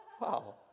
Wow